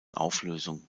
auflösung